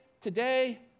today